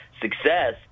success